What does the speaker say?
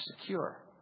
secure